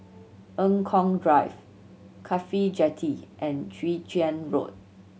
Eng Kong Drive CAFHI Jetty and Chwee Chian Road